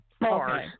bars